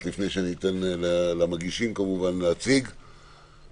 לפני שאני אתן למגישים להציג את הנושא,